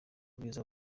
ubwiza